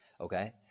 okay